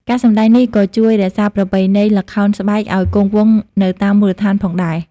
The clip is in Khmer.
ការសម្តែងនេះក៏ជួយរក្សាប្រពៃណីល្ខោនស្បែកឱ្យគង់វង្សនៅតាមមូលដ្ឋានផងដែរ។